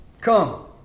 Come